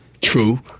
True